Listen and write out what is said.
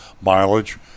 mileage